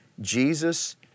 Jesus